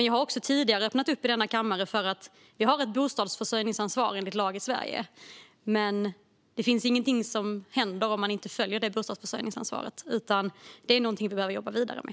Jag har också tidigare öppnat upp i denna kammare när det gäller att vi har ett bostadsförsörjningsansvar enligt lag i Sverige men att ingenting händer om man inte följer lagen och tar sitt bostadsförsörjningsansvar. Det är någonting vi behöver jobba vidare med.